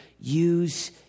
use